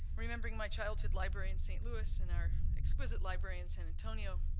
remembering my childhood library in st. louis and our exquisite library in san antonio,